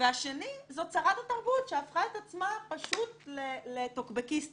והשנייה זו שרת התרבות שהפכה עצמה פשוט לטוקבקיסטית